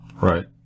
Right